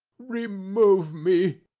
remove me!